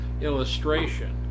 illustration